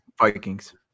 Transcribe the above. Vikings